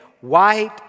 white